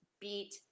beat